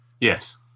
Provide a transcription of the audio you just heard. Yes